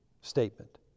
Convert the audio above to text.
statement